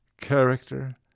character